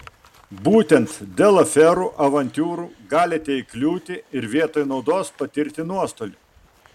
būtent dėl aferų avantiūrų galite įkliūti ir vietoj naudos patirti nuostolį